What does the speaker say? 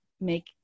make